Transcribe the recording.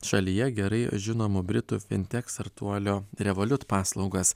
šalyje gerai žinomo britų fintek startuolio revolut paslaugas